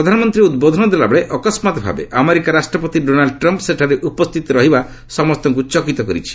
ପ୍ରଧାନମନ୍ତ୍ରୀ ଉଦ୍ବୋଧନ ଦେଲାବେଳେ ଅକସ୍ମାତ୍ ଭାବେ ଆମେରିକା ରାଷ୍ଟ୍ରପତି ଡୋନାଲ୍ଚ ଟ୍ରମ୍ପ୍ ସେଠାରେ ଉପସ୍ଥିତ ରହିବା ସମସ୍ତଙ୍କୁ ଚକିତ କରିଦେଇଛି